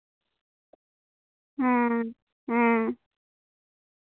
ᱦᱮᱸ ᱦᱮᱸ